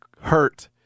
hurt